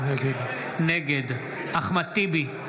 נגד אחמד טיבי,